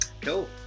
Cool